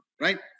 right